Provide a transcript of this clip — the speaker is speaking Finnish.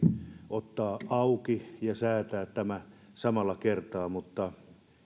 ottaa auki ja säätää tämä samalla kertaa mutta